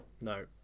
no